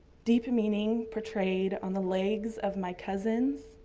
deep meaning portrayed on the legs of my cousins,